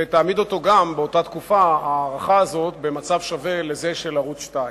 ולהעמיד אותו בתקופה ההארכה הזאת במצב שווה לזה של ערוץ-2.